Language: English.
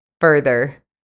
further